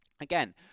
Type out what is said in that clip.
again